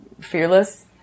fearless